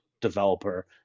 developer